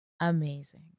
Amazing